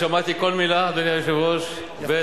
שמעתי כל מלה, אדוני היושב-ראש, ב.